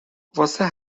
واسه